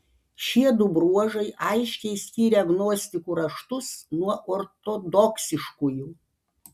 šiedu bruožai aiškiai skiria gnostikų raštus nuo ortodoksiškųjų